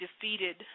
defeated